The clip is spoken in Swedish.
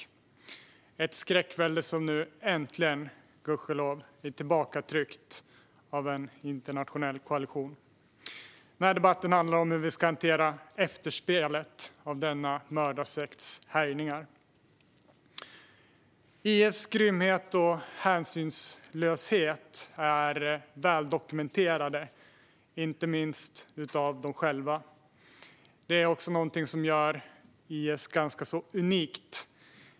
Det är ett skräckvälde som äntligen - gudskelov - är tillbakatryckt av en internationell koalition. Den här debatten handlar om hur vi ska hantera efterspelet till denna mördarsekts härjningar. IS grymhet och hänsynslöshet är väldokumenterad, inte minst av dem själva. Det är något som gör IS ganska unikt.